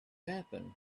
happen